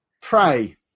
Pray